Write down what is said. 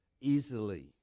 easily